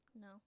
No